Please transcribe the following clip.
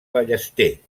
ballester